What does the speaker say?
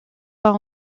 pas